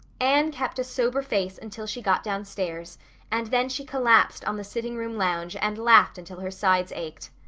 anne kept a sober face until she got downstairs and then she collapsed on the sitting room lounge and laughed until her sides ached.